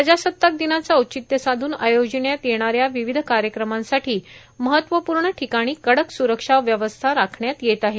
प्रजासत्ताक दिनाचं औचित्य साधून आयोजिण्यात येणाऱ्या विविध कार्यक्रमांसाठी महत्वपूर्ण ठिकाणी कडक सुरक्षा व्यवस्था राखण्यात येत आहे